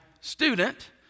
student